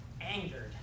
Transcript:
angered